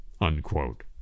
Unquote